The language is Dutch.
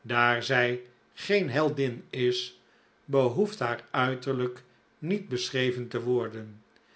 daar zij geen heldin is behoeft haar uiterlijk niet beschreven te worden